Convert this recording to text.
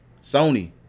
Sony